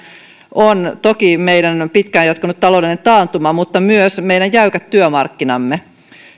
on toki meidän pitkään jatkunut taloudellinen taantumamme mutta myös meidän jäykät työmarkkinamme